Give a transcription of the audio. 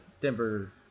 Denver